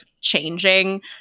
changing